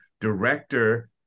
director